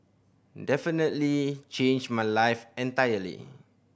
definitely changed my life entirely